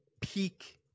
peak